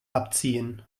abziehen